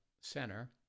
center